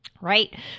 right